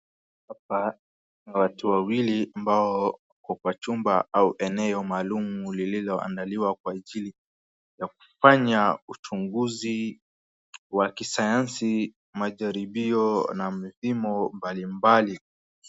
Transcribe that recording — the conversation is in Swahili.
Hapa kuna watu wawili ambao wako kwa chumba au eneo maalum lilioandaliwa kwa ajili ya kufanya uchunguzi wa kisayansi, majaribio na mipimo mbalimbali.